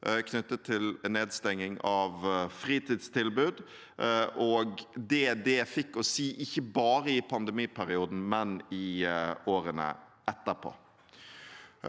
knyttet til nedstenging av fritidstilbud og det det fikk å si ikke bare i pandemiperioden, men i årene etterpå.